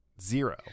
Zero